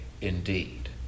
indeed